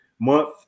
month